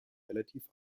relativ